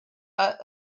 are